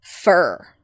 fur